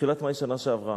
בתחילת מאי בשנה שעברה.